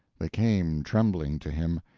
they came trembling to him,